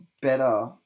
better